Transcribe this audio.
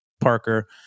Parker